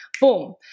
boom